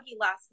last